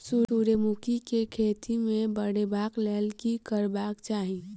सूर्यमुखी केँ खेती केँ बढ़ेबाक लेल की करबाक चाहि?